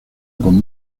con